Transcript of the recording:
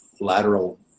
lateral